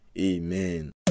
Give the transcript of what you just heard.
Amen